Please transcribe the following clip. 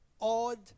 odd